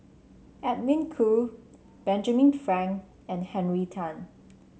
Edwin Koo Benjamin Frank and Henry Tan